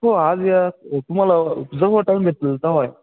हो आज या तुम्हाला जेव्हा टाईम भेटेल तेव्हा या